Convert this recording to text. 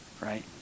right